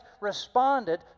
responded